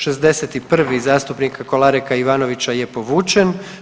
61. zastupnika Kolareka-Ivanovića je povučen.